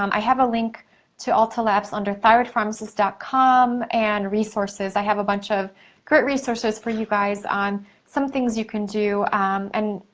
um i have a link to ulta labs under thyroidpharmacist dot com and resources. if have a bunch of good resources for you guys on some things you can do and